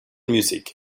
music